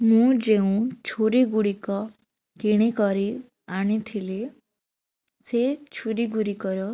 ମୁଁ ଯେଉଁ ଛୁରୀ ଗୁଡ଼ିକ କିଣିକରି ଆଣିଥିଲି ସେ ଛୁରୀ ଗୁଡ଼ିକର